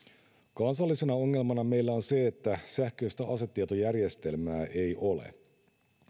kansallisena ongelmana meillä on se että sähköistä asetietojärjestelmää ei ole